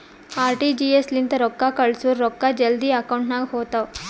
RTGS ಲಿಂತ ರೊಕ್ಕಾ ಕಳ್ಸುರ್ ರೊಕ್ಕಾ ಜಲ್ದಿ ಅಕೌಂಟ್ ನಾಗ್ ಹೋತಾವ್